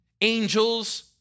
angels